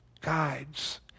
guides